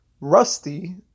rusty